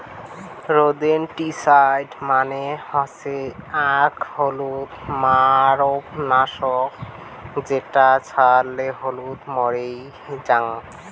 rodenticide মানে হসে আক ইঁদুর মারার নাশক যেটা ছড়ালে ইঁদুর মইরে জাং